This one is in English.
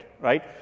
right